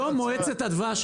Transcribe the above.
היום מועצת הדבש,